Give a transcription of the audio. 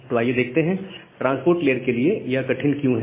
तो आइए देखते हैं कि ट्रांसपोर्ट लेयर के लिए यह कठिन क्यों है